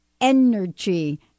energy